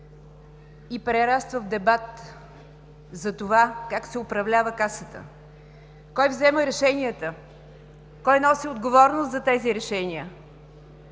и прераства в дебат за това как се управлява Касата, кой взема решенията, кой носи отговорност за тези решения,